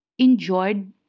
enjoyed